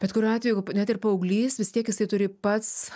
bet kuriuo atveju jeigu net ir paauglys vis tiek jisai turi pats